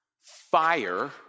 fire